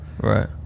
Right